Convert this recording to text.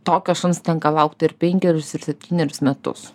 tokio šuns tenka laukt ir penkerius ir septynerius metus